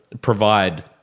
provide